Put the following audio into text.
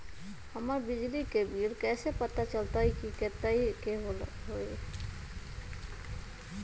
हमर बिजली के बिल कैसे पता चलतै की कतेइक के होई?